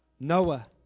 Noah